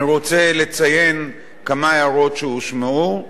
אני רוצה לציין כמה הערות שהושמעו.